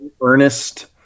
earnest